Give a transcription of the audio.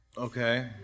Okay